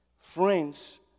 Friends